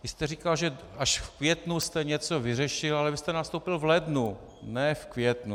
Vy jste říkal, že až v květnu jste něco vyřešil, ale vy jste nastoupil v lednu, ne v květnu.